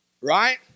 Right